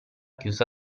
chiusa